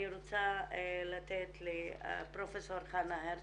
אני רוצה לתת לפרופסור חנה הרצוג,